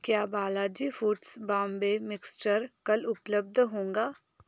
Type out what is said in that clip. क्या Balaji foods Bombay mixture कल उपलब्ध होगा